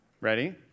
Ready